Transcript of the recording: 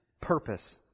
purpose